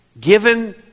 given